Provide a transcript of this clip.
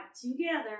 together